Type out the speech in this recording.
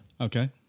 Okay